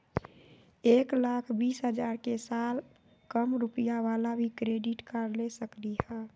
एक लाख बीस हजार के साल कम रुपयावाला भी क्रेडिट कार्ड ले सकली ह?